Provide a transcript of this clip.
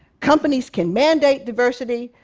companies can mandate diversity,